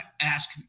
ask